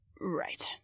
Right